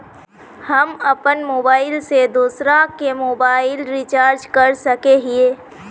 हम अपन मोबाईल से दूसरा के मोबाईल रिचार्ज कर सके हिये?